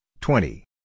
twenty